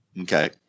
Okay